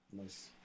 Nice